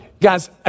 Guys